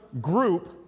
group